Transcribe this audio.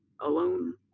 alone